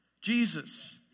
Jesus